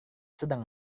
sedang